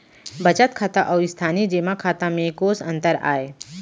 बचत खाता अऊ स्थानीय जेमा खाता में कोस अंतर आय?